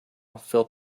filled